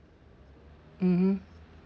mmhmm